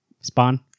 Spawn